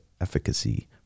efficacy